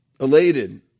elated